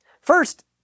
First